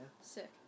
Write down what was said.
Sick